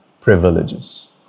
privileges